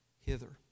hither